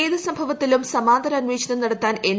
ഏതു സംഭവത്തിലും സമാന്തര അന്വേഷണം നടത്താൻ എൻ